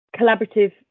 collaborative